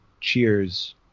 cheers